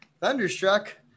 Thunderstruck